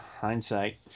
Hindsight